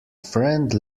friend